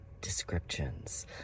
descriptions